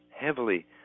heavily